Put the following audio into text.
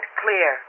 clear